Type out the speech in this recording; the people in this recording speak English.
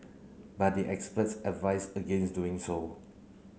but the experts advise against doing so